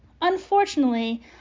Unfortunately